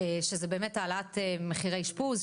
שזה באמת העלאת מחירי אשפוז,